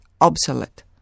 obsolete